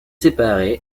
séparés